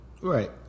right